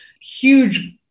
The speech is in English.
huge